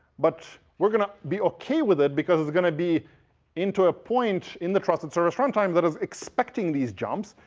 but we're going to be ok with it because it's going to be into a point in the trusted service runtime that is expecting these jumps.